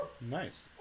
Nice